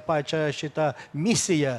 pačią šitą misiją